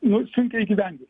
nu sunkiai įgyvendint